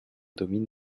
domine